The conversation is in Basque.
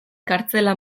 kartzela